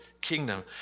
kingdom